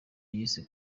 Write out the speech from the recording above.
yise